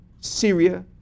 Syria